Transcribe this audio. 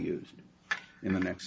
used in the next